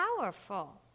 powerful